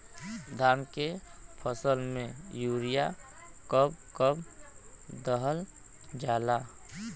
धान के फसल में यूरिया कब कब दहल जाला?